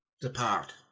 depart